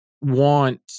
want